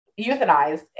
euthanized